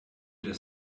das